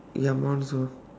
ya my one also